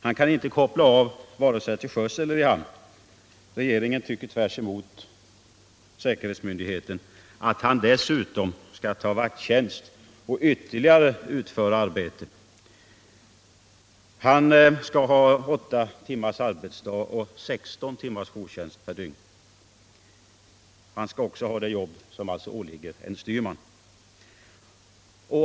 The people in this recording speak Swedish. Han kan inte koppla av vare sig till sjöss eller i hamn. Regeringen tycker, i motsats till säkerhetsmyndigheten, att han dessutom skall ta vakttjänst och utföra ytterligare arbete! Han skall ha åtta timmars arbetsdag och 16 timmars jourtjänst per dygn, och han skall också utföra det jobb som åligger en styrman.